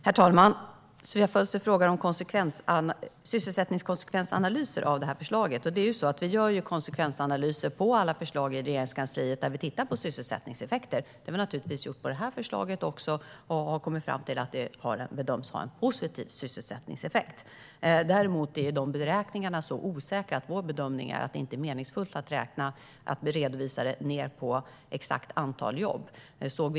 Herr talman! Sofia Fölster frågar om analyser av sysselsättningskonsekvenser när det gäller detta förslag. Vi gör konsekvensanalyser av alla förslag i Regeringskansliet och tittar på sysselsättningseffekter. Det har vi naturligtvis gjort även med detta förslag och kommit fram till att det bedöms ha en positiv sysselsättningseffekt. Däremot är dessa beräkningar så osäkra att vår bedömning är att det inte är meningsfullt att redovisa det ned på exakt antal jobb.